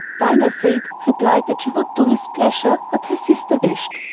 dinarzade replied that she would do with pleasure what her sister wished.